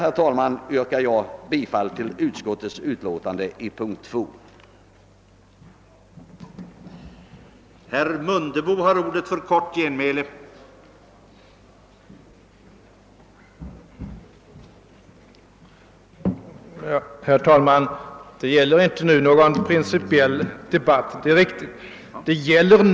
Med det anförda yrkar jag bifall till utskottets hemställan under punkten 2 i förevarande utlåtande.